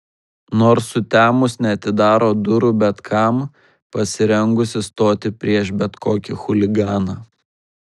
nors sutemus neatidaro durų bet kam pasirengusi stoti prieš bet kokį chuliganą